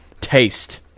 taste